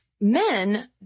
Men